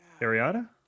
Ariana